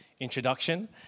introduction